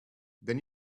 then